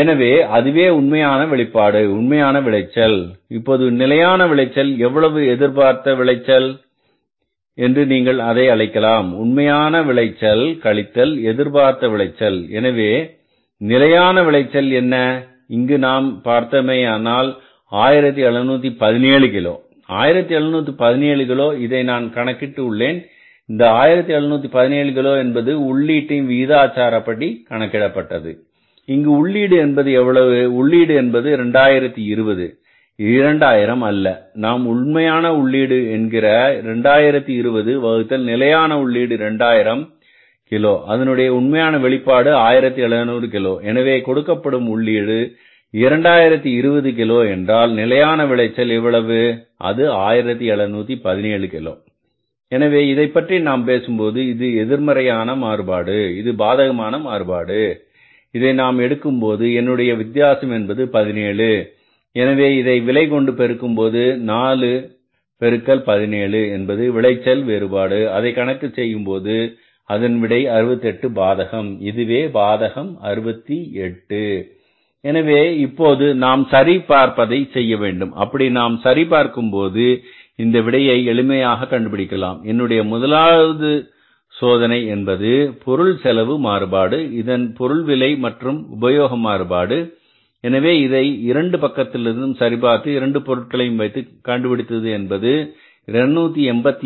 எனவே அதுவே உண்மையான வெளிப்பாடு உண்மையான விளைச்சல் இப்போது நிலையான விளைச்சல் எவ்வளவு எதிர்பார்த்த விளைச்சல் என்பது என்று நீங்கள் அதை அழைக்கலாம் உண்மையான விளைச்சல் கழித்தல் எதிர்பார்த்த விளைச்சல் எனவே நிலையான விளைச்சல் என்ன இங்கே நாம் பார்த்தோமேயானால் 1717 கிலோ 1717 கிலோ இதை நான் கணக்கிட்டு உள்ளேன் இந்த 1717 கிலோ என்பது உள்ளி டின் விகிதாசாரப்படி கணக்கிடப்பட்டது இங்கு உள்ளீடு என்பது எவ்வளவு உள்ளீடு என்பது 2020 2000 அல்ல நாம் உண்மையான உள்ளீடு என்கிற 2020 வகுத்தல் நிலையான உள்ளீடு 2000 கிலோ அதனுடைய உண்மையான வெளிப்பாடு 1700 கிலோ எனவே கொடுக்கப்படும் உள்ளீடு 2020 கிலோ என்றால் நிலையான விளைச்சல் எவ்வளவு அது 1717 கிலோ எனவே இதைப்பற்றி நான் பேசும்போது இது எதிர்மறையான மாறுபாடு இது பாதகமான மாறுபாடு இதை நாம் எடுக்கும் போது என்னுடைய வித்தியாசம் என்பது 17 எனவே இதை விலை கொண்டு பெருக்கும்போது நாலு பெருக்கல் 17 என்பது விளைச்சல் வேறுபாடு அதை கணக்கு செய்யும்போது விடை 68 பாதகம் இதுவே பாதகம் 68 எனவே இப்போது நாம் சரி பார்ப்பதை செய்ய வேண்டும் அப்படி நாம் சரி பார்க்கும் போது இந்த விடையை எளிமையாக கண்டுபிடிக்கலாம் என்னுடைய முதலாவது சோதனை என்பது பொருள் செலவு மாறுபாடு இது பொருள் விலை மற்றும் உபயோக மாறுபாடு எனவே இதை இரண்டு பக்கத்திலிருந்தும் சரிபார்த்து 2 பொருட்களையும் வைத்து கண்டுபிடித்தது என்பது 286